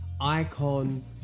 icon